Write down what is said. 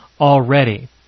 already